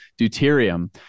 deuterium